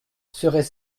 serait